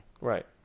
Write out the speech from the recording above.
Right